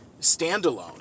standalone